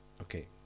Okay